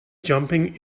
jumping